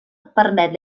permet